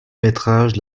métrage